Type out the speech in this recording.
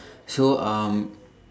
so um